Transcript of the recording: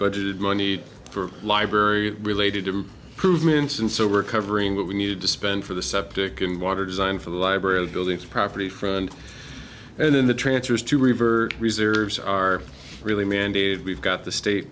budgeted money for library related to prove minson so we're covering what we needed to spend for the septic and water design for the library of buildings property front and in the transfers to river reserves are really mandated we've got the state